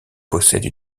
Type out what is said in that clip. possède